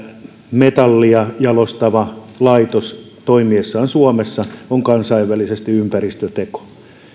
metallia jalostava laitos toimiessaan suomessa on kansainvälisesti ympäristöteko